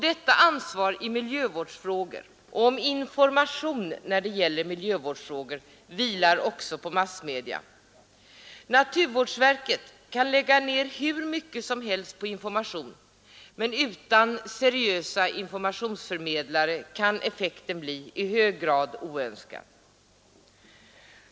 Detta ansvar i miljövårdsfrågor och när det gäller information om dem vilar också på massmedia. Naturvårdsverket kan lägga hur mycket som helst på information, men utan seriösa informationsförmedlare kan effekten bli i hög grad oönskad.